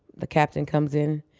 the captain comes in,